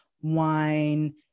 wine